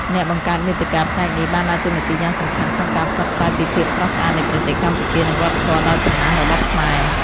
អ្នកបង្កើតមាតិកាផ្នែកនេះបានដើរតួនាទីយ៉ាងសំខាន់ក្នុងការផ្សព្វផ្សាយពីភាពស្រស់ស្អាតនៃប្រទេសកម្ពុជា និងវប្បធម៌ដ៏ចំណាស់របស់ខ្មែរ។